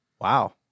Wow